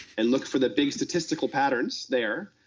and look for the big statistical patterns there,